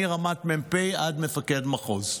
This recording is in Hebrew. מרמת מ"פ עד מפקד מחוז.